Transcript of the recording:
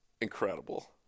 incredible